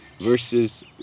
Versus